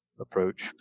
approach